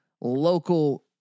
local